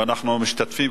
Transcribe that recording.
ואנחנו משתתפים,